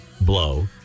blow